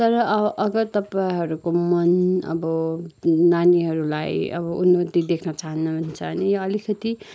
तर अ अगर तपाईँहरूको मन अब नानीहरूलाई अब उन्नति देख्न चहानुहुन्छ भने अलिकति